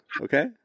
Okay